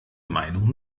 meinung